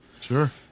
Sure